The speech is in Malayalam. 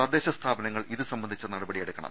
തദ്ദേശ സ്ഥാപനങ്ങൾ ഇതുസംബന്ധിച്ച നടപടിയെടുക്കണം